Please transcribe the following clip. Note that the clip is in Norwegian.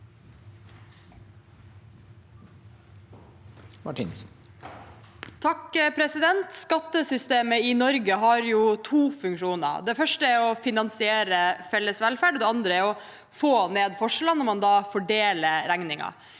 (R) Skatte- systemet i Norge har to funksjoner. Det første er å finansiere felles velferd, og det andre er å få ned forskjellene når man fordeler regningen.